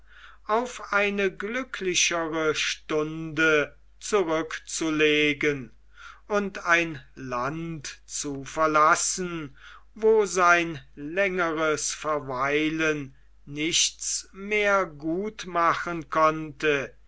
auf eine glücklichere stunde zurückzulegen und ein land zu verlassen wo sein längeres verweilen nichts mehr gntmachen konnte